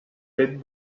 fet